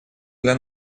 для